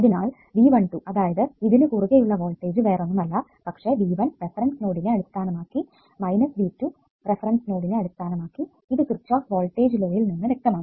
അതിനാൽ V12 അതായതു ഇതിനു കുറുകെ ഉള്ള വോൾടേജ് വേറൊന്നുമല്ല പക്ഷെ V1 റഫറൻസ് നോഡിനെ അടിസ്ഥാനമാക്കി V2 റഫറൻസ് നോഡിനെ അടിസ്ഥാനമാക്കി ഇത് കിർച്ചോഫ് വോൾടേജ് ലോയിൽ നിന്ന് വ്യക്തമാണ്